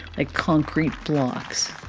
like, concrete blocks.